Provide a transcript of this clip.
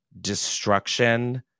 destruction